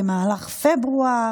במהלך פברואר,